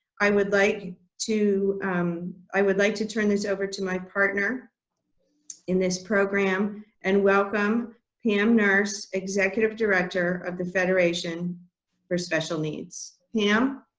i would like to i would like to turn this over to my partner in this program and welcome pam nourse, executive director of the federation for special needs. pam?